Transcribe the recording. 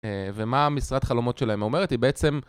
ומה משרת חלומות שלהם אומרת? היא בעצם